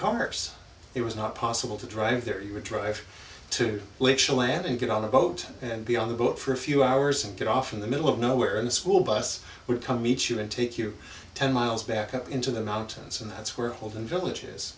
commerce it was not possible to drive there you would drive to land and get on a boat and be on the boat for a few hours and get off in the middle of nowhere the school bus would come eat you and take you ten miles back up into the mountains and that's where holding villages